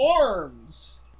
arms